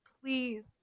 please